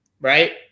right